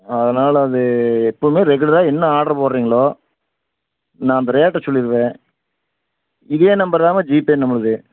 அதனால அது எப்பவுமே ரெகுலராக என்ன ஆர்ட்ரு போடுறீங்களோ நான் அந்த ரேட்டை சொல்லிடுவேன் இதே நம்பர்தாம்மா ஜீபே நம்மளுது